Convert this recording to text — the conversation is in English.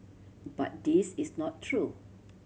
but this is not true